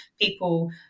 people